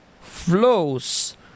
flows